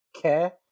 care